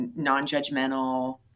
nonjudgmental